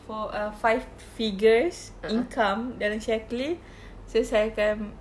four err five figures income dalam Shaklee so saya akan